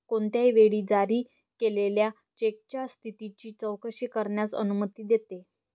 कोणत्याही वेळी जारी केलेल्या चेकच्या स्थितीची चौकशी करण्यास अनुमती देते